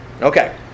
Okay